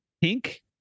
pink